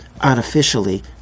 artificially